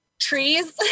trees